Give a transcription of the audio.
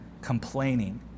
complaining